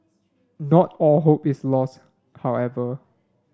not all hope is lost however